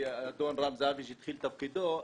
ואדון רם זאבי שהתחיל תפקידו,